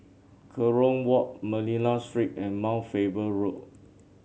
Kerong Walk Manila Street and Mount Faber Road